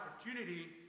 opportunity